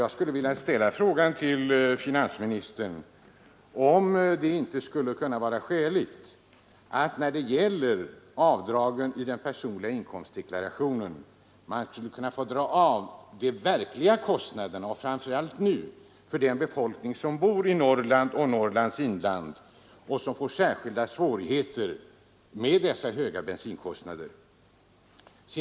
Jag skulle vilja fråga finansministern om det inte vore skäligt att man i den personliga inkomstdeklarationen fick dra av de verkliga kostnaderna. Det gäller framför allt den befolkning som bor i Norrlands inland och som nu får särskilda svårigheter med sina bensinkostnader.